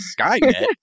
Skynet